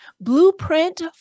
Blueprint